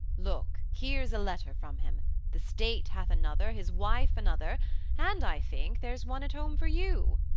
look, here's a letter from him the state hath another, his wife another and i think there's one at home for you.